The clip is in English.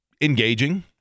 engaging